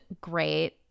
great